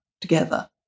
together